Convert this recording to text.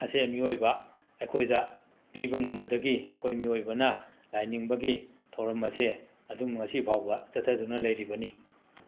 ꯑꯁꯦ ꯃꯤꯑꯣꯏꯕ ꯑꯩꯈꯣꯏꯗ ꯄꯤꯕ ꯉꯝꯕꯗꯒꯤ ꯑꯩꯈꯣꯏ ꯃꯤꯑꯣꯏꯕꯅ ꯂꯥꯏꯅꯤꯡꯕꯒꯤ ꯊꯧꯔꯝ ꯑꯁꯦ ꯑꯗꯨꯝ ꯉꯁꯤꯐꯧꯕ ꯆꯠꯊꯗꯨꯅ ꯂꯩꯔꯤꯕꯅꯤ